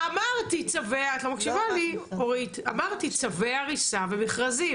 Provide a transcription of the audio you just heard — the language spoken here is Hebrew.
אמרתי, צווי הריסה ומכרזים.